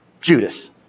Judas